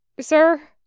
sir